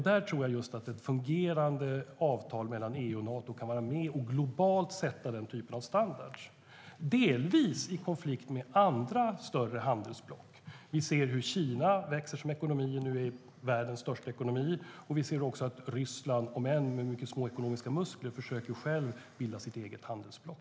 Där tror jag just att ett fungerande avtal mellan EU och USA kan vara med och globalt sätta den typen av standarder, delvis i konflikt med andra större handelsblock. Vi ser hur Kina växer och nu är världens största ekonomi. Vi ser också att Ryssland, om än med mycket små ekonomiska muskler, försöker att bilda sitt eget handelsblock.